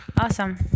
awesome